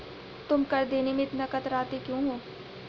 तुम कर देने में इतना कतराते क्यूँ हो?